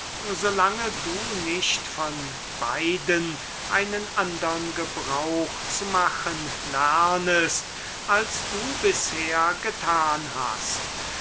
lange du nicht gelernt haben wirst von beiden einen andern gebrauch zu machen als du bisher getan hast